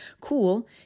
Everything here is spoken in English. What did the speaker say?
cool